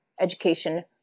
education